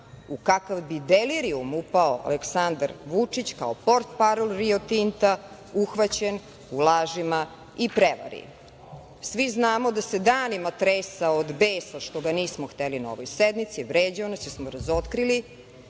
u kakav bi delirijum upao Aleksandar Vučić kao portparol "Rio Tinta", uhvaćen u lažima i prevari. Svi znamo da se danima tresao od besa što ga nismo hteli na ovoj sednici, vređao nas je jer smo razotkrili